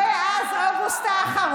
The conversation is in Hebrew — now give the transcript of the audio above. בושה וחרפה.